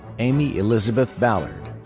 amy elizabeth ballard.